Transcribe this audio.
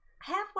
Halfway